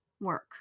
work